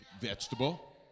vegetable